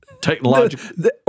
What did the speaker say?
technological